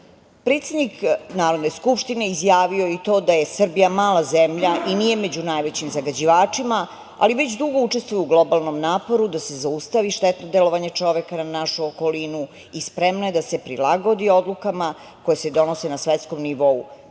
doprinos. Predsednik Narodne skupštine je izjavio da je Srbija mala zemlja i nije među najvećim zagađivačima, ali već dugo učestvuje u globalnom naporu da se zaustavi štetno delovanje čoveka na našu okolinu i spremna je da se prilagodi odlukama koje se donose na svetskom nivou,